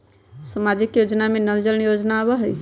सामाजिक योजना में नल जल योजना आवहई?